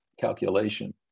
calculation